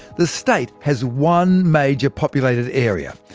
the state has one major populated area,